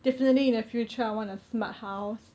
definitely in the future I want smart house